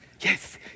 yes